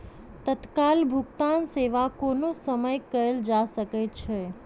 तत्काल भुगतान सेवा कोनो समय कयल जा सकै छै